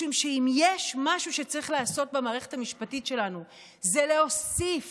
משום שאם יש משהו שצריך לעשות במערכת המשפטית שלנו זה להוסיף